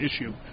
issue